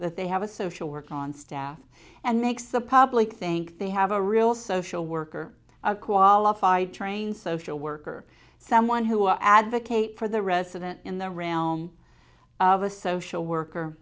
they have a social worker on staff and makes the public think they have a real social worker a qualified trained social worker someone who advocate for the resident in the realm of a social worker